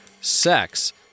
sex